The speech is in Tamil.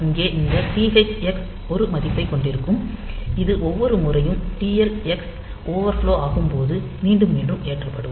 இங்கே இந்த TH x ஒரு மதிப்பைக் கொண்டிருக்கும் இது ஒவ்வொரு முறையும் TL x ஓவர்ஃப்லோ ஆகும்போதும் மீண்டும் மீண்டும் ஏற்றப்படும்